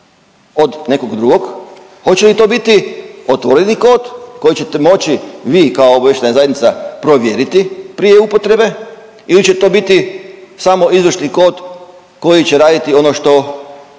od nekog drugog, hoće li to biti otvorenih kod koji ćete moći vi kao obavještajna zajednica provjeriti prije upotrebe ili će to biti samo izvršni kod koji će raditi ono što